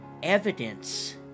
evidence